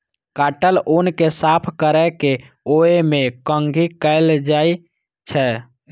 काटल ऊन कें साफ कैर के ओय मे कंघी कैल जाइ छै